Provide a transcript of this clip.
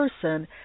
person